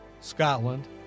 Scotland